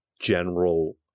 general